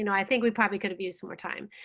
you know i think we probably could have used more time.